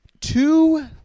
Two